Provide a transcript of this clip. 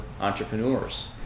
entrepreneurs